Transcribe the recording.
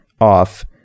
off